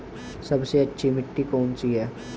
सबसे अच्छी मिट्टी कौन सी है?